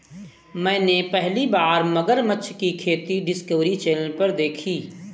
मैंने पहली बार मगरमच्छ की खेती डिस्कवरी चैनल पर देखी